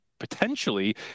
potentially